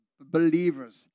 believers